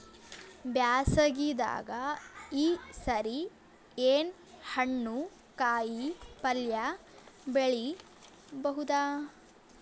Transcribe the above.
ಬ್ಯಾಸಗಿ ದಾಗ ಈ ಸರಿ ಏನ್ ಹಣ್ಣು, ಕಾಯಿ ಪಲ್ಯ ಬೆಳಿ ಬಹುದ?